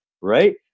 right